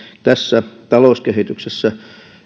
tässä talouskehityksessä